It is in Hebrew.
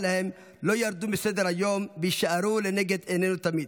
להם לא ירדו מסדר-היום ויישארו לנגד עינינו תמיד.